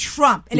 Trump